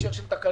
בהקשר של תקנות.